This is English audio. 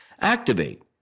activate